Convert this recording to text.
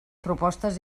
propostes